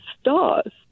stars